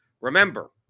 Remember